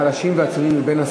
החלשים והצבועים מבין,